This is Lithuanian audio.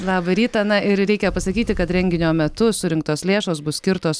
labą rytą na ir reikia pasakyti kad renginio metu surinktos lėšos bus skirtos